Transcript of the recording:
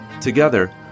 Together